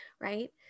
right